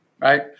right